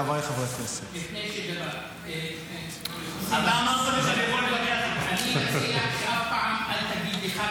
חבריי חברי הכנסת --- אני מציע שאף פעם אל תגיד לח"כ